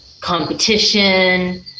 competition